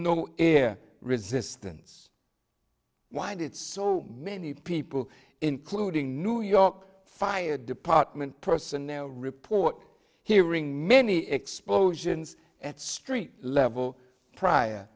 no air resistance why did so many people including new york fire department personnel report hearing many explosions at street level prior